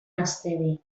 gaztedi